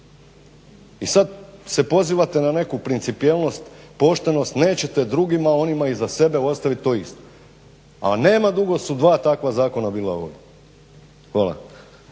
i sad se pozivate na neku principijelnost, poštenost, nećete drugima onima iza sebe ostaviti to isto, a nema dugo su dva takva zakona bila ovdje.